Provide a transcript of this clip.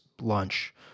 lunch